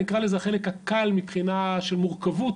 אני אקרא לזה החלק ה"קל" מבחינה של מורכבות